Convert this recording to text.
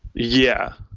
yeah,